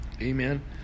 Amen